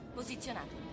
posizionato